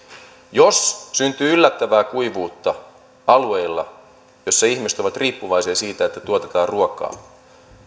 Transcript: jos syntyy yllättävää kuivuutta alueilla joilla ihmiset ovat riippuvaisia siitä että tuotetaan ruokaa